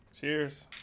Cheers